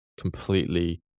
completely